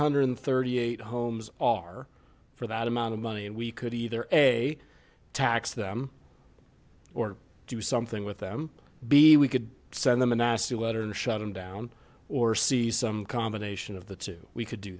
hundred and thirty eight homes are for that amount of money and we could either a tax them or do something with them be we could send them a nasty letter and shut him down or see some combination of the two we could do